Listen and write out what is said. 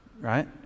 right